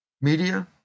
media